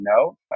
no